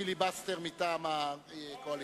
אנחנו לא יכולים לעשות פה פיליבסטר מטעם הקואליציה.